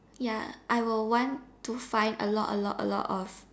ya I will want to find a lot a lot a lot of